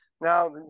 Now